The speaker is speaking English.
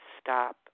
stop